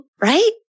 right